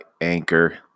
Anchor